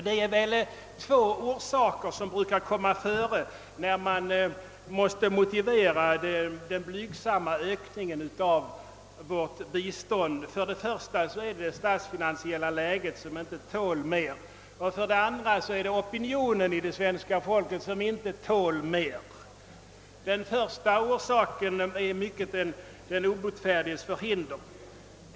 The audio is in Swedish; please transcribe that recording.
Det är två orsaker som brukar nämnas när man måste motivera vårt blygsamma utvecklingsbistånd. För det första är det det statsfinansiella läget, som inte tål mer, och för det andra är det opinionen bland det svenska folket, som inte heller tål mer. Den första orsaken är i mycket den obotfärdiges förhinder.